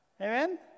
amen